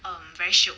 um very shiok